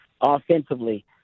offensively